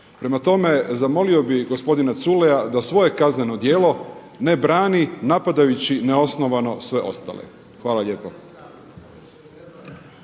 Prema tome zamolio bih gospodina Culeja da svoje kazneno djelo ne brani napadajući neosnovano sve ostale. Hvala lijepo.